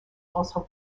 also